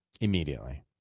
immediately